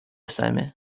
сами